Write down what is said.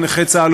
של נכי צה"ל,